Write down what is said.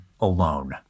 alone